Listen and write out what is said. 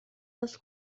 dels